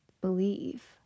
believe